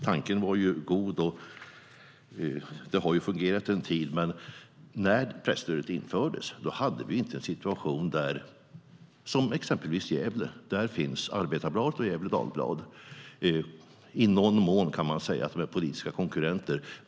Tanken var god, och det har fungerat en tid. Men när presstödet infördes hade vi inte en situation som den i exempelvis Gävle. Där finns Arbetarbladet och Gefle Dagblad, som i någon mån kan sägas vara politiska konkurrenter.